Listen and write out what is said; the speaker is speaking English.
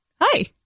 Hi